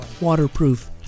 waterproof